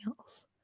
else